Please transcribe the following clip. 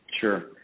Sure